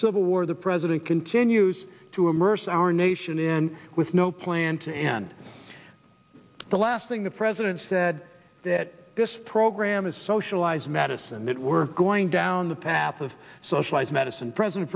civil war the president continues to immerse our nation in with no plan to end the last thing the president said that this program is socialized medicine that we're going down the path of socialized medicine president